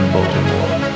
Baltimore